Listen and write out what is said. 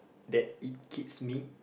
that it keeps me